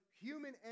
human